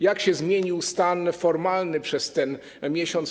Jak się zmienił stan formalny przez ten miesiąc?